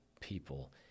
people